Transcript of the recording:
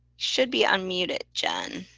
should be unmuted, jen.